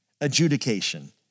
adjudication